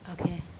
Okay